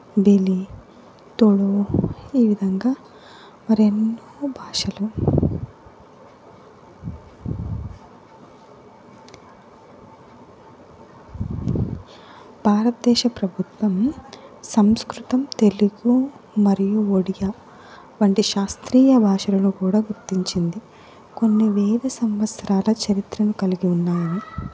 బెలి తులు ఈ విధంగా మరి ఎన్నో భాషలు భారతదేశ ప్రభుత్వము సంస్కృతం తెలుగు మరియు ఒడియా వంటి శాస్త్రీయ భాషలను కూడా గుర్తించింది కొన్ని వేల సంవత్సరాల చరిత్రను కలిగి ఉన్నాయని